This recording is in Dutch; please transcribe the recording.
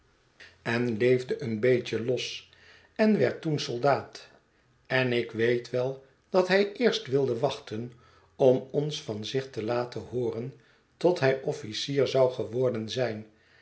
en leefde een beetje los en werd toen soldaat en ik weet wel dat hij eerst wilde wachten om ons van zich te laten hooren tot hij officier zou geworden zijn